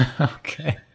Okay